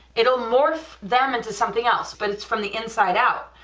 it'll morph them into something else, but it's from the inside out,